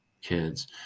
kids